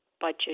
budget